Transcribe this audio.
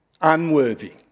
Unworthy